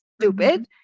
stupid